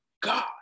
God